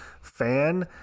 fan